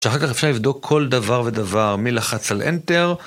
שאחר כך אפשר לבדוק כל דבר ודבר מי לחץ על Enter.